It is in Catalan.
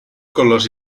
colors